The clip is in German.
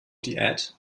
diät